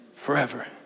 Forever